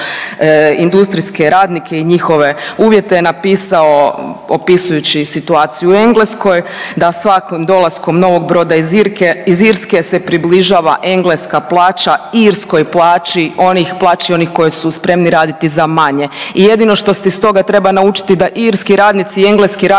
industrijske radnike i njihove uvjete napisao opisujući situaciju u Engleskoj da svakim dolaskom novog broda iz Irske se približava engleska plaća irskoj plaći onih plaći onih koji su spremni raditi za manje. I jedino što se iz toga treba naučiti da irski radnici i engleski radnici